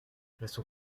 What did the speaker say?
restons